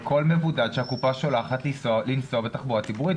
לכל מבודד שהקופה שולחת לנסוע בתחבורה הציבורית.